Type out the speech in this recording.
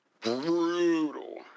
brutal